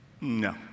No